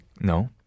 no